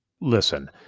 listen